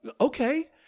Okay